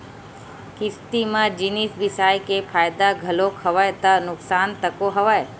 किस्ती म जिनिस बिसाय के फायदा घलोक हवय ता नुकसान तको हवय